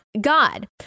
God